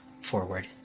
forward